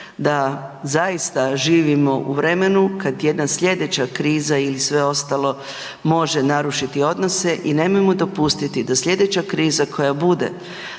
da zaista živimo u vremenu kad jedna slijedeća kriza ili sve ostalo može narušiti odnose i nemojmo dopustiti da slijedeća kriza koja bude